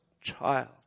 child